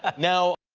ah now,